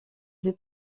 ses